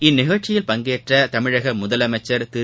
இந்நிகழ்ச்சியில் பங்கேற்ற தமிழக முதலமைச்சர் திரு